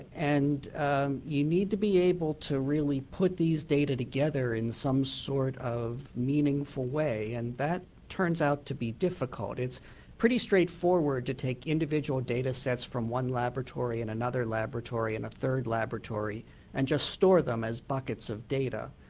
and you need to be able to really put these data together in some sort of meaningful way. and that turns out to be difficult. it's straight forward to take individual data sets from one laboratory and another laboratory and a third laboratory and store them as buckets of data,